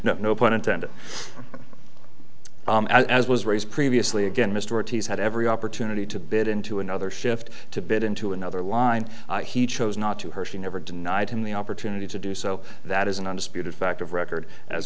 intended no pun intended as was raised previously again mr ortiz had every opportunity to bid into another shift to bid into another line he chose not to her she never denied him the opportunity to do so that is an undisputed fact of record as